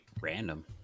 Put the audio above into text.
random